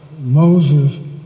Moses